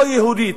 לא יהודית,